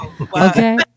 okay